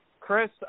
Chris